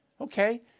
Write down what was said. Okay